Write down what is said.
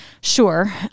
Sure